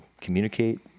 communicate